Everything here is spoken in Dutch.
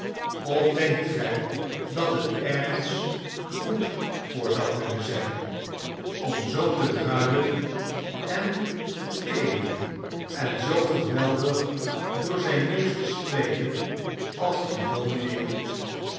of denkt gij dat het ergens goed voor zou kunnen zijn om zoo te druilen en te teemen en zoo geweldig door zijn neus te spreken als die domine doet